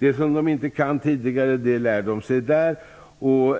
Det som de intagna inte kan tidigare lär de sig på